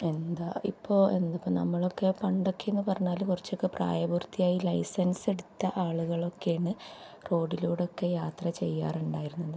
എന്താ ഇപ്പോൾ എന്താ ഇപ്പം നമ്മളൊക്കെ പണ്ടൊക്കെ എന്ന് പറഞ്ഞാൽ കുറച്ചൊക്കെ പ്രായപൂർത്തിയായി ലൈസൻസ് എടുത്ത ആളുകളൊക്കെയാണ് റോഡിലൂടൊക്കെ യാത്ര ചെയ്യാറുണ്ടായിരുന്നത്